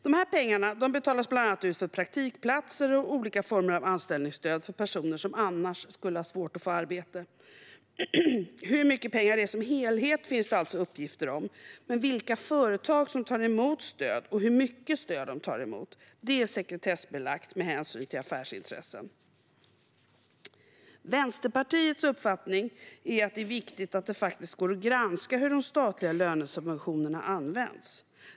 De här pengarna betalas bland annat ut för praktikplatser och olika former av anställningsstöd för personer som annars skulle ha svårt att få arbete. Hur mycket pengar det är i sin helhet finns det alltså uppgifter om, men vilka företag som tar emot stöd och hur mycket stöd de tar emot är sekretessbelagt med hänsyn till affärsintressen. Vänsterpartiets uppfattning är att det är viktigt att det faktiskt går att granska hur de statliga lönesubventionerna används.